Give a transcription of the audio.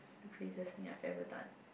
the craziest thing I have ever done